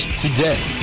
today